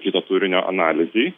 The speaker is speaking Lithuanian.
kito turinio analizei